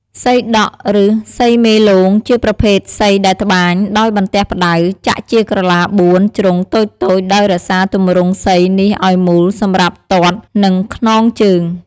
សីដក់ ឬ សីមេលោងជាប្រភេទសីដែលត្បាញ ដោយបន្ទះផ្ដៅ ចាក់ជាក្រឡា ៤ ជ្រុងតូចៗដោយរក្សាទម្រង់សីនេះឲ្យមូលសម្រាប់ទាត់ នឹង ខ្នងជើង ។